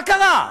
מה קרה?